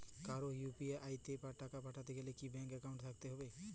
কারো ইউ.পি.আই তে টাকা পাঠাতে গেলে কি ব্যাংক একাউন্ট থাকতেই হবে?